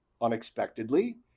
unexpectedly